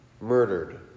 Murdered